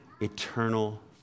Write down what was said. Eternal